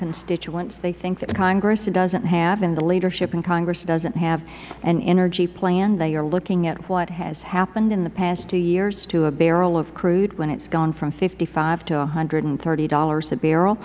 constituents they think that congress doesn't have and the leadership in the congress doesn't have an energy plan they are looking at what has happened in the past two years to a barrel of crude when it has gone from fifty five dollars to one hundred and thirty dollars a barrel